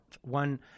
one